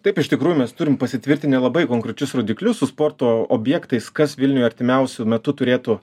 taip iš tikrųjų mes turim pasitvirtinę labai konkrečius rodiklius su sporto objektais kas vilniuje artimiausiu metu turėtų